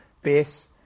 base